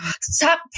stop